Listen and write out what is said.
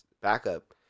backup